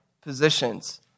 positions